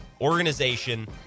organization